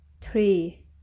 Three